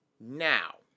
now